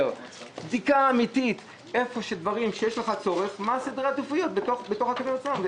בדיקה אמיתית איפה יש לך צורך ומה סדרי העדיפויות בתוך הקווים עצמם.